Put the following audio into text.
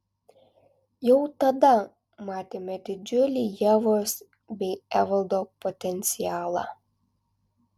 jau tada matėme didžiulį ievos bei evaldo potencialą